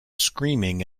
screaming